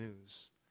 news